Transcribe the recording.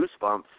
goosebumps